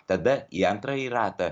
tada į antrąjį ratą